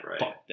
right